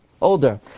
older